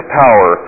power